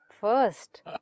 First